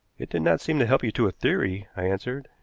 it did not seem to help you to a theory, i answered.